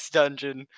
dungeon